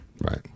Right